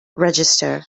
register